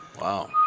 Wow